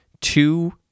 two